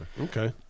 Okay